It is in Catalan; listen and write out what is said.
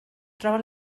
troben